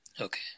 Okay